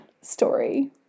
story